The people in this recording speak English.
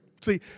See